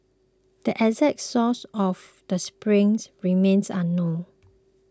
the exact source of the springs remains unknown